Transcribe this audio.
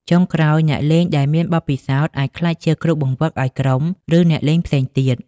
ចុងក្រោយ អ្នកលេងដែលមានបទពិសោធន៍អាចក្លាយជា គ្រូបង្វឹក ឱ្យក្រុម ឬអ្នកលេងផ្សេងទៀត។